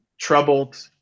troubled